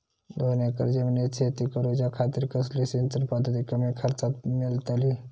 दोन एकर जमिनीत शेती करूच्या खातीर कसली सिंचन पध्दत कमी खर्चात मेलतली?